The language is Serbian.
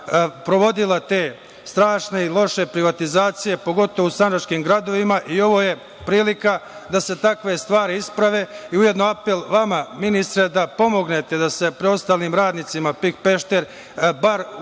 sprovodila te strašne i loše privatizacije, pogotovo u Sandžačkim gradovima i ovo je prilika da se takve stvari isprave i ujedno apel vama, ministre da pomognete da se preostalim radnicima PIK „Pešter“ bar uplate